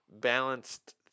balanced